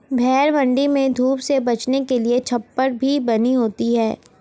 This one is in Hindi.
भेंड़ मण्डी में धूप से बचने के लिए छप्पर भी बनी होती है